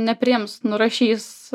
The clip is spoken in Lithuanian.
nepriims nurašys